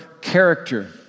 character